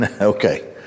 Okay